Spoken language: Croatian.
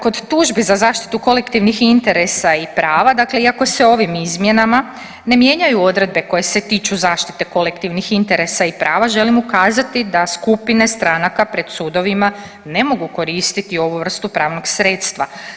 Kod tužbi za zaštitu kolektivnih interesa i prava, dakle iako se ovim izmjenama ne mijenjaju odredbe koje se tiču zaštite kolektivnih interesa i prava želim ukazati da skupine stranaka pred sudovima ne mogu koristiti ovu vrstu pravnog sredstva.